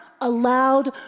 allowed